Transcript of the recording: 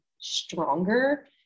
stronger